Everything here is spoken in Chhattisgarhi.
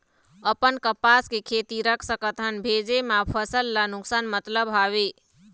अपन कपास के खेती रख सकत हन भेजे मा फसल ला नुकसान मतलब हावे?